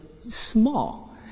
small